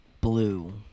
blue